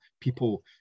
people